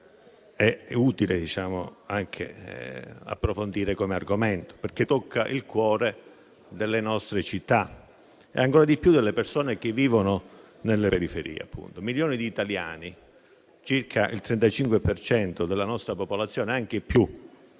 è utile approfondire come argomento, perché tocca il cuore delle nostre città e ancora di più delle persone che vivono nelle periferie. Milioni di italiani, circa il 35 per cento della nostra popolazione e anche più,